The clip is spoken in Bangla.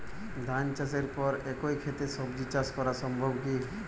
ধান চাষের পর একই ক্ষেতে সবজি চাষ করা সম্ভব কি?